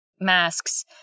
masks